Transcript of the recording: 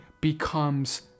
becomes